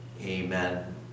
Amen